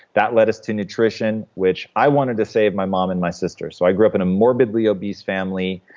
that led us to nutrition, which i wanted to save my mom and my sister. so i grew up in a morbidly obese family,